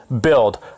build